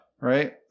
right